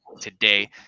today